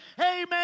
amen